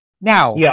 Now